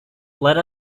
let